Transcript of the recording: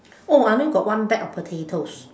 oh I only got one bag of potatoes